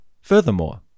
Furthermore